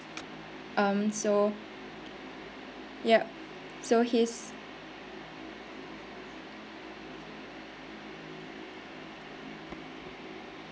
um so yup so he's